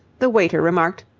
the waiter remarked,